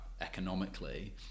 economically